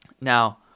Now